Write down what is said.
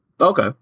Okay